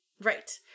Right